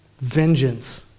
vengeance